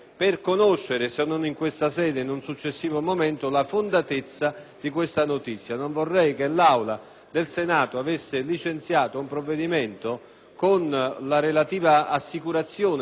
del Senato avesse licenziato un provvedimento con la relativa assicurazione della copertura finanziaria e che poi diversamente venisse disposto alla Camera dei deputati. Cio significherebbe